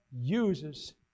uses